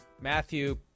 Matthew